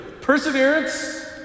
Perseverance